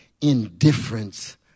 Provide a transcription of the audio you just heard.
indifference